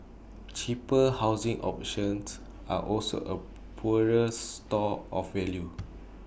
cheaper housing options are also A poorer store of value